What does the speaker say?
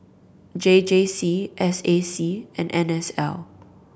J J C S A C and N S L